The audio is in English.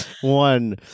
one